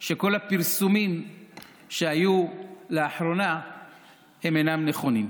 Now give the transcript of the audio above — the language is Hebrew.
שכל הפרסומים שהיו לאחרונה אינם נכונים.